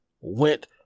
went